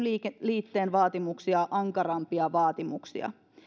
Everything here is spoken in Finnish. liitteen vaatimuksia ankarampia vaatimuksia